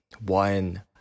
one